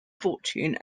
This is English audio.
fortune